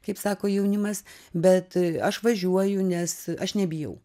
kaip sako jaunimas bet aš važiuoju nes aš nebijau